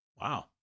Wow